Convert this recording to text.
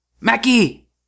Mackie